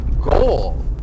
goal